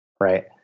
right